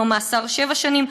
דינו מאסר שבע שנים,